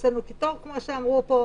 הוצאנו קיטור כמו שאמרו כאן,